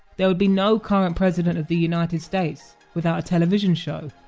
there would be no current president of the united states without a television show.